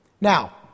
Now